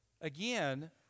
again